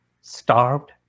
starved